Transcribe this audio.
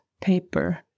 paper